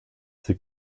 sie